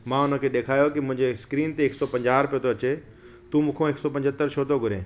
मां हुनखे ॾेखारियो मुंहिंजे स्क्रीन ते हिक सौ पंजाह रूपियो अचे तू मूंखां हिक सौ पंजहतरि छो थो घुरे